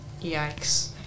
Yikes